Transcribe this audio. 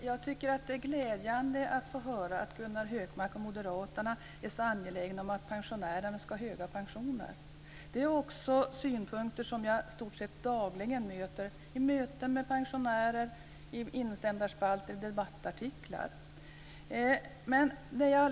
Fru talman! Det är glädjande att höra att Gunnar Hökmark och moderaterna är angelägna om att pensionärerna ska ha höga pensioner. Det är synpunkter som jag i stort sett dagligen möter hos pensionärer och i insändarspalter och i artiklar.